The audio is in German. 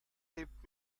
lebt